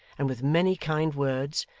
and with many kind words,